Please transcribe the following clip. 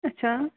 اچھا